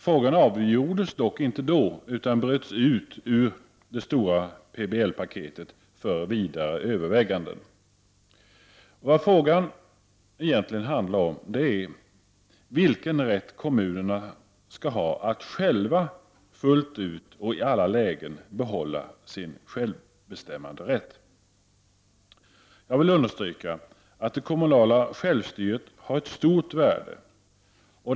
Frågan avgjordes dock inte då, utan den bröts ut ur det stora PBL-paketet för vidare överväganden. Vad frågan egentligen handlar om är vilken rätt kommunerna skall ha att själva fullt ut och i alla lägen behålla sin självbestämmanderätt. Jag vill understryka att det kommunala självstyret har ett stort värde.